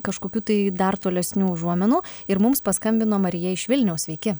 kažkokių tai dar tolesnių užuomenų ir mums paskambino marija iš vilniaus sveiki